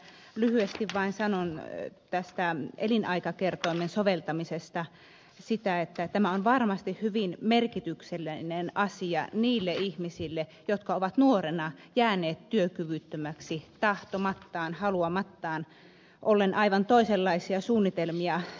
lyhyesti vain sanon elinaikakertoimen soveltamisesta että tämä on varmasti hyvin merkityksellinen asia niille ihmisille jotka ovat nuorena jääneet työkyvyttömiksi tahtomattaan haluamattaan joilla on ollut aivan toisenlaisia suunnitelmia elämän varalle